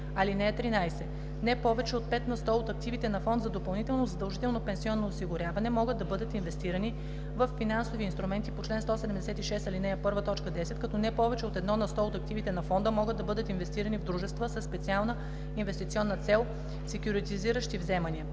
т. 9. (13) Не повече от 5 на сто от активите на фонд за допълнително задължително пенсионно осигуряване могат да бъдат инвестирани във финансови инструменти по чл. 176, ал. 1, т. 10, като не повече от 1 на сто от активите на фонда могат да бъдат инвестирани в дружества със специална инвестиционна цел, секюритизиращи вземания.